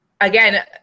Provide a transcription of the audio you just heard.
again